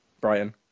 Brighton